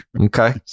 Okay